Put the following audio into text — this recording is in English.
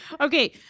Okay